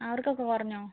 അവർക്കൊക്കെ കുറഞ്ഞോ